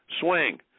swing